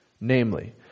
Namely